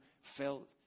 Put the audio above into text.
felt